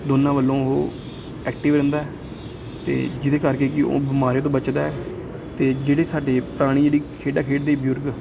ਦੋਨਾਂ ਵੱਲੋਂ ਉਹ ਐਕਟਿਵ ਰਹਿੰਦਾ ਅਤੇ ਜਿਹਦੇ ਕਰਕੇ ਕਿ ਉਹ ਬਿਮਾਰੀਆਂ ਤੋਂ ਬਚਦਾ ਅਤੇ ਜਿਹੜੇ ਸਾਡੇ ਪੁਰਾਣੀ ਜਿਹੜੀ ਖੇਡਾਂ ਖੇਡਦੇ ਬਜ਼ੁਰਗ